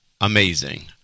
amazing